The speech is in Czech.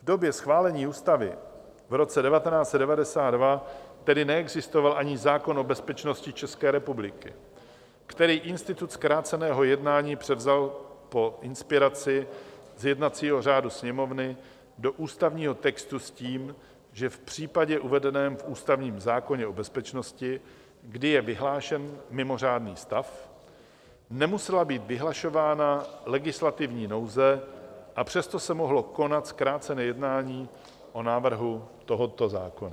V době schválení ústavy v roce 1992 tedy neexistoval ani zákon o bezpečnosti České republiky, který institut zkráceného jednání převzal po inspiraci z jednacího řádu Sněmovny do ústavního textu s tím, že v případě uvedeném v ústavním zákoně o bezpečnosti, kdy je vyhlášen mimořádný stav, nemusela být vyhlašována legislativní nouze, a přesto se mohlo konat zkrácené jednání o návrhu tohoto zákona.